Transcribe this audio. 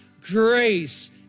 grace